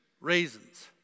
raisins